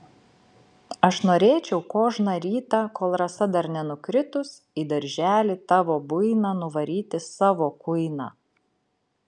aš norėčiau kožną rytą kol rasa dar nenukritus į darželį tavo buiną nuvaryti savo kuiną